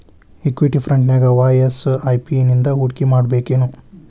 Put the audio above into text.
Equity ಫ್ರಂಟ್ನ್ಯಾಗ ವಾಯ SIP ನಿಂದಾ ಹೂಡ್ಕಿಮಾಡ್ಬೆಕೇನು?